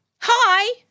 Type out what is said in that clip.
Hi